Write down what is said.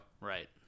Right